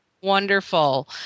Wonderful